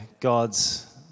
God's